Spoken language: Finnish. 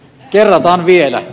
kerrataan vielä